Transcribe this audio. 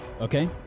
Okay